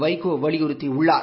வைகோ வலியுறத்தியுள்ளார்